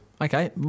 Okay